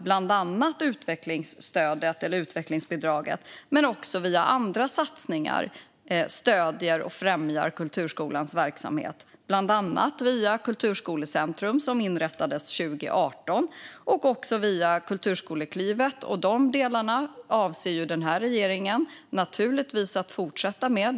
Bland annat via utvecklingsbidraget och andra satsningar stöder och främjar staten kulturskolans verksamhet. Det sker bland annat via Kulturskolecentrum, som inrättades 2018, och via Kulturskoleklivet. De delarna avser den här regeringen naturligtvis att fortsätta med.